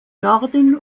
norden